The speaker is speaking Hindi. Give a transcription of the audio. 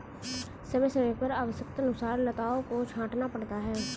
समय समय पर आवश्यकतानुसार लताओं को छांटना पड़ता है